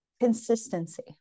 consistency